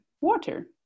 water